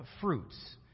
fruits